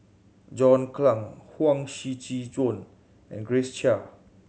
John Clang Huang Shiqi Joan and Grace Chia